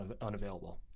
unavailable